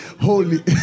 holy